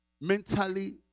Mentally